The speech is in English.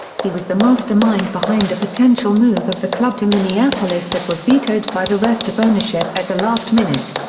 he was the mastermind behind a potential move of the club to minneapolis that was vetoed by the rest of ownership at the last minute.